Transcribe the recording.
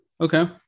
Okay